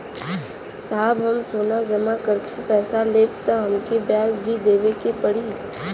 साहब हम सोना जमा करके पैसा लेब त हमके ब्याज भी देवे के पड़ी?